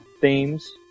themes